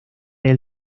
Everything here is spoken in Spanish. del